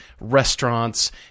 restaurants